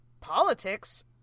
politics